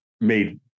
made